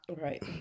Right